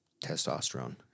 testosterone